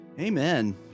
Amen